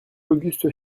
auguste